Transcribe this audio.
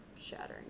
shattering